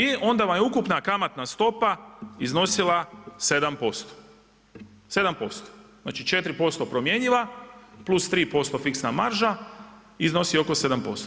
I onda vam je ukupna kamatna stopa iznosila 7%, 7%, znači 4% promjenjiva plus 3% fiksna marža iznosi oko 7%